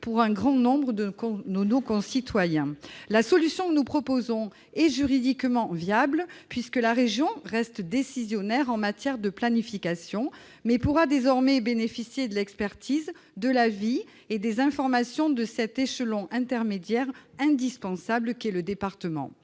pour un grand nombre de nos concitoyens. La solution que nous proposons est juridiquement viable, puisque la région reste décisionnaire en matière de planification, mais pourra désormais bénéficier de l'expertise, de l'avis et des informations de cet échelon intermédiaire indispensable qu'est le département.